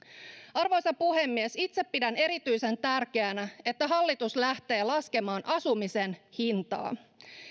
arvoisa puhemies itse pidän erityisen tärkeänä että hallitus lähtee laskemaan asumisen hintaa